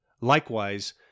Likewise